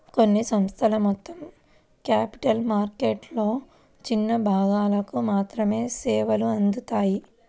కొన్ని సంస్థలు మొత్తం క్యాపిటల్ మార్కెట్లలో చిన్న భాగాలకు మాత్రమే సేవలు అందిత్తాయి